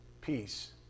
peace